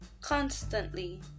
constantly